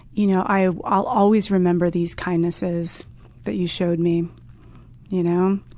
you know i'll i'll always remember these kindnesses that you showed me. you know